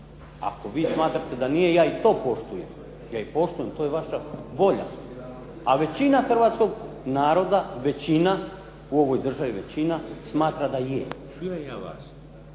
Ako vi smatrate nije, ja i to poštujem. Ja poštujem, to je vaša volja. A većina hrvatskog naroda, većina, u ovoj državi većina smatra da je. I trebamo